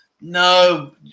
No